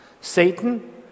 Satan